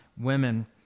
women